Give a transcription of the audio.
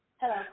Hello